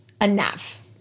enough